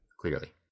clearly